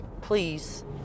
please